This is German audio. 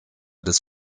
des